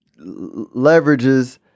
leverages